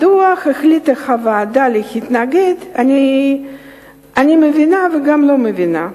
מדוע החליטה הוועדה להתנגד אני מבינה וגם לא מבינה.